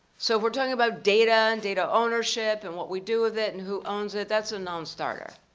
so we're talking about data and data ownership and what we do with it, and who owns it, that's a nonstarter.